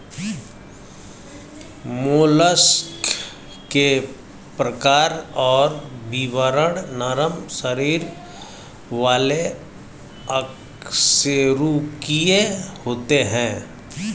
mollusc के प्रकार और विवरण नरम शरीर वाले अकशेरूकीय होते हैं